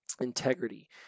Integrity